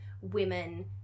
women